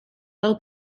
del